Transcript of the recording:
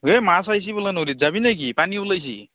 এ মাছ আহিছে বোলে নদীত যাবি নেকি পানী ওলাইছে